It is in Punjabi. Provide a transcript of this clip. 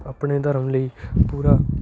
ਆਪਣੇ ਧਰਮ ਲਈ ਪੂਰਾ